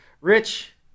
Rich